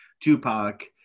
Tupac